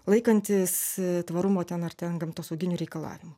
laikantis tvarumo ten ar ten gamtosauginių reikalavimų